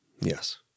Yes